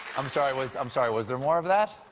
i'm sorry was i'm sorry, was there more of that.